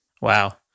Wow